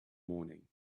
morning